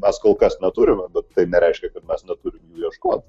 mes kol kas neturime bet tai nereiškia kad mes neturim jų ieškot